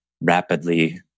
rapidly